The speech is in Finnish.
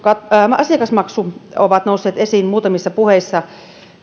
asiakasmaksut ovat nousseet esiin muutamissa puheissa